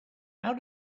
how